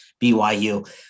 BYU